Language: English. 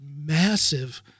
massive